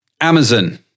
Amazon